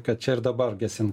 kad čia ir dabar gesint